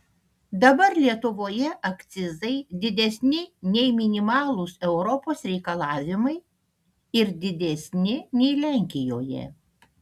dabar lietuvoje akcizai didesni nei minimalūs europos reikalavimai ir didesni nei lenkijoje